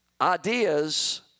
ideas